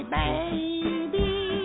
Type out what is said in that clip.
baby